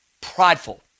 prideful